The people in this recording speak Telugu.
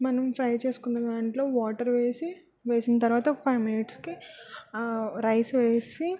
మనం ఫ్రై చేసుకున్న దాంట్లో వాటర్ వేసి వేసిన తర్వాత ఫైవ్ మినిట్స్కి రైస్ వేసి